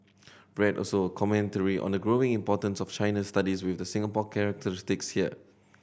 read also a commentary on the growing importance of China studies with Singapore characteristics here